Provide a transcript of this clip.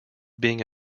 being